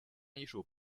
艺术